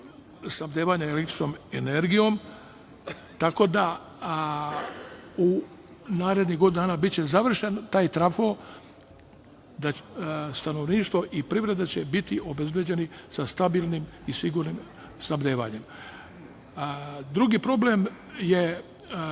snabdevanja električnom energijom, tako da u narednih godinu dana biće završen taj trafo. Stanovništvo i privreda će biti obezbeđeni sa stabilnim i sigurnim snabdevanjem. Drugi problem je